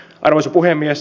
arvoisa puhemies